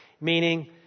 Meaning